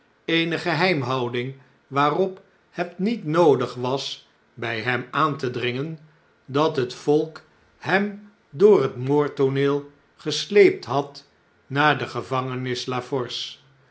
eene geheinihouding waarop het niet noodig was bij hem aan te dringen dat het volk hem door het moordtooneel gesleept had naar de